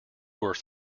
worth